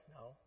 No